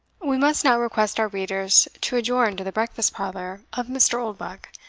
we must now request our readers to adjourn to the breakfast parlour of mr. oldbuck,